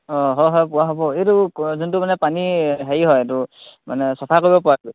অঁ হয় হয় পোৱা হ'ব এইটো যোনটো মানে পানী হেৰি হয় এইটো মানে চাফা কৰিব পৰাতো